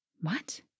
What